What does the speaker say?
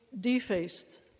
defaced